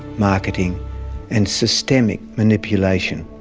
marketing and systemic manipulation.